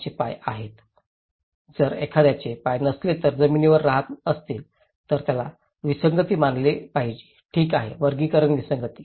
त्यांचे पाय आहेत जर एखाद्याचे पाय नसले परंतु जमिनीवर राहत असतील तर याला विसंगती मानले पाहिजे ठीक आहे वर्गीकरण विसंगती